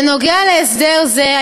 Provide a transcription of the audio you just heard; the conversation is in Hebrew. בנוגע להסדר זה,